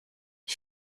ich